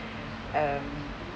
um